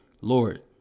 Lord